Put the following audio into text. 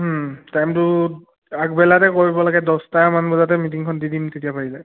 টাইমটো আগবেলাতে কৰিব লাগে দছটামান বজাতে মিটিংখন দি দিম তেতিয়া পাৰিলে